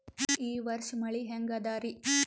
ಈ ವರ್ಷ ಮಳಿ ಹೆಂಗ ಅದಾರಿ?